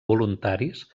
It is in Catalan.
voluntaris